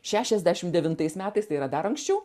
šešiasdešim devintais metais tai yra dar anksčiau